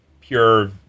pure